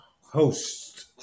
host